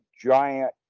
giant